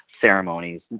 ceremonies